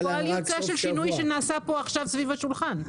זה פועל יוצא של שינוי שנעשה כאן עכשיו סביב השולחן,